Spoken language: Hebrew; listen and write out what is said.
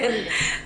כן.